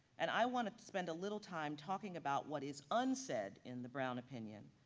and i want to spend a little time talking about what is unsaid in the brown opinion.